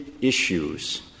issues